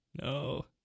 No